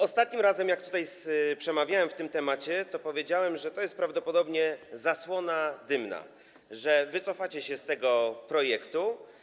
Ostatnim razem, gdy tutaj przemawiałem w tej sprawie, powiedziałem, że to jest prawdopodobnie zasłona dymna, że wycofacie się z tego projektu.